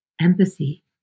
empathy